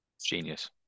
Genius